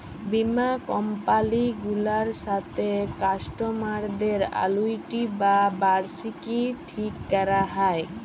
বীমা কমপালি গুলার সাথে কাস্টমারদের আলুইটি বা বার্ষিকী ঠিক ক্যরা হ্যয়